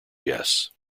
yes